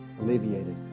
alleviated